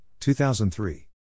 2003